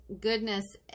goodness